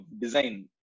design